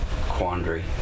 quandary